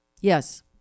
Yes